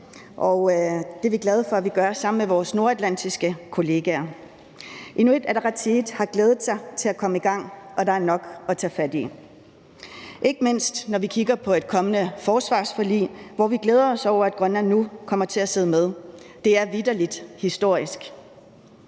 det er vi glade for vi gør sammen med vores nordatlantiske kollegaer. Inuit Ataqatigiit har glædet sig til at komme i gang, og der er nok at tage fat i. Ikke mindst når vi kigger på et kommende forsvarsforlig, hvor vi glæder os over, at Grønland nu kommer til at sidde med. Det er vitterlig historisk.